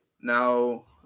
Now